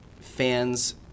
fans